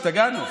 השתגענו.